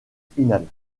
finales